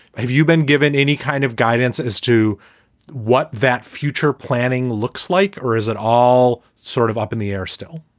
have you been given any kind of guidance as to what that future planning looks like or is it all sort of up in the air still?